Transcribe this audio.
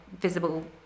visible